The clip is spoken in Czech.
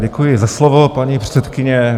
Děkuji za slovo, paní předsedkyně.